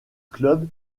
club